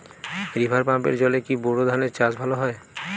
River পাম্পের জলে কি বোর ধানের চাষ ভালো হয়?